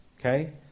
Okay